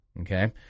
okay